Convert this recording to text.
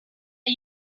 are